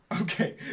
Okay